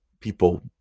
people